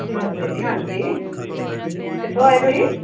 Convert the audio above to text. ਨਮਸਤੇ ਜੀ ਹਾਂਜੀ ਕਿੱਥੋਂ ਆਏ ਤੁਸੀਂ